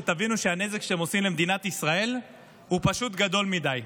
שתבינו שהנזק שעושים למדינת ישראל הוא פשוט גדול מדי?